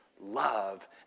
love